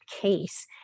case